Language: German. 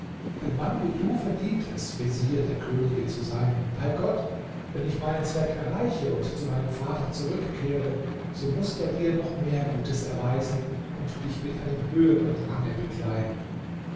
ein mann wie du verdient es vezier der könige zu sein bei gott wenn ich meinen zweck erreiche und zu meinem vater zurückkehre so muß er dir noch mehr gutes erweisen und dich mit einem höheren range bekleiden